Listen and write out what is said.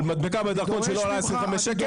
על מדבקה בדרכון שלא עולה 25 שקל.